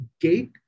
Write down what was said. gate